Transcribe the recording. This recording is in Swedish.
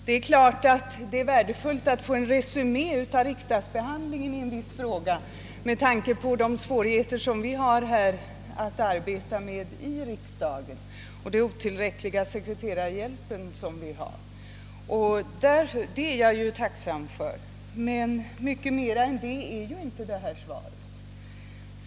Men det kan vara värdefullt att få en resumé av en frågas riksdagsbehandling, inte minst med hänsyn till våra svårigheter — exempelvis den otillräckliga sekreterarhjälpen — att här i riksdagen bedriva vårt arbete. Därför är jag tacksam för den resumén. Men mycket mer innehåller inte svaret.